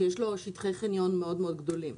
שיש לה שטחי חניון מאוד מאוד גדולים,